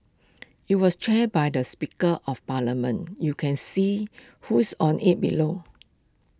IT was chaired by the speaker of parliament you can see who's on IT below